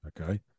Okay